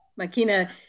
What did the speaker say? Makina